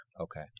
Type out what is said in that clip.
Okay